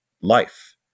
life